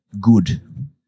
good